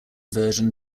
version